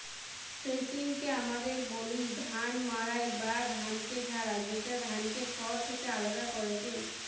থ্রেশিংকে আমদের বলি ধান মাড়াই বা ধানকে ঝাড়া, যেটা ধানকে খড় থেকে আলদা করেটে